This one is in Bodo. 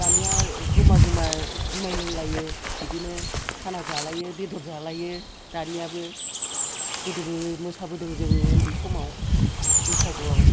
दानिया जमा जमा जुमाइ लोंलायो बिदिनो खाना जालायो बेदर जालायो दानियाबो गोदोबो मोसाबोदों जोङो उन्दै समाव बैसागुआव